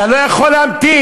אתה לא יכול להמתין.